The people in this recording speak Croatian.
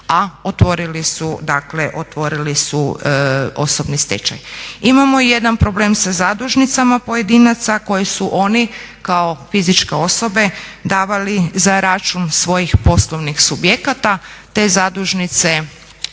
a otvorili su osobni stečaj. Imamo i jedan problem sa zadužnicama pojedinaca koje su oni kao fizičke osobe davali za račun svojih poslovnih subjekata. Te zadužnice